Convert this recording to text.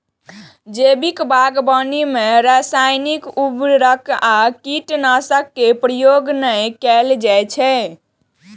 जैविक बागवानी मे रासायनिक उर्वरक आ कीटनाशक के प्रयोग नै कैल जाइ छै